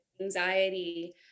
anxiety